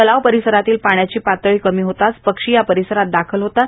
तलाव परिसरातील पाण्याची पातळी कमी होताच पक्षी या परिसरात दाखल होतात